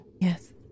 Yes